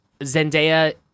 Zendaya